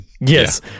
Yes